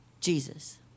Jesus